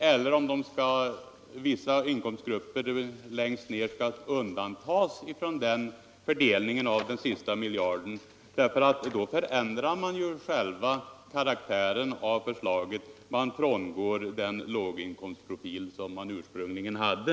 Om vissa grupper längst ned på inkomstskalan undantas från fördelningen av den miljarden, förändrar man nämligen själva karaktären av förslaget. Man frångår den låginkomstprofil som förslaget ursprungligen hade.